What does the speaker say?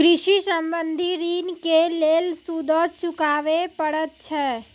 कृषि संबंधी ॠण के लेल सूदो चुकावे पड़त छै?